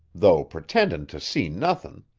though pretendin' to see nothin'.